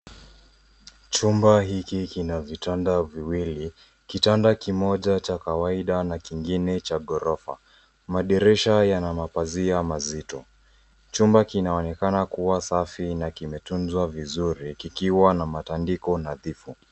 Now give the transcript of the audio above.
Chumba hiki kina vitanda viwili, kitanda kimoja cha kawaida na kingine cha ghorofa. Madirisha yana mapazia mazito. Chumba kinaonekana kuwa safi na kimetunzwa vizuri kikiwa na matandiko nadhifu.